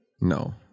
No